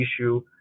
issue